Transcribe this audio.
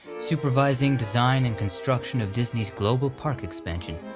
supervising design and construction of disney's global park expansion,